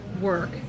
work